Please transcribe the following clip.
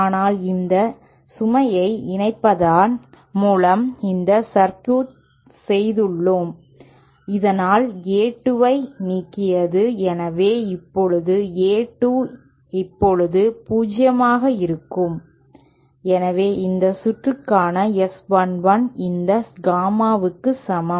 ஆனால் இந்த சுமையை இணைப்பதன் மூலம் இந்த சர்க்யூட் செய்துள்ளோம் இதனால் A 2 ஐ நீக்கியது எனவே இப்போது A 2 எப்போதும் 0 ஆக இருக்கும் எனவே இந்த சுற்றுக்கான S 1 1 இந்த காமாவுக்கு சமம்